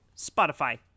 Spotify